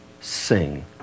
sing